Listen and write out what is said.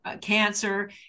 cancer